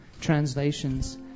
translations